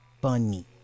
bunny